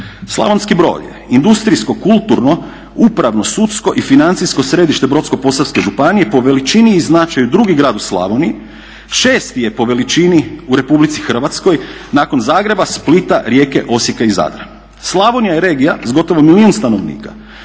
Slavonski Brod je industrijsko, kulturno, upravno, sudsko i financijsko središte Brodsko-posavske županije i po veličini i značaju drugi grad u Slavoniji. Šesti je po veličini u Republici Hrvatskoj nakon Zagreba, Splita, Rijeke, Osijeka i Zadra. Slavonija je regija s gotovo milijuna stanovnika.